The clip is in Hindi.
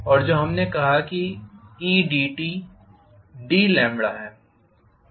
और जो हमने कहा कि eidt d है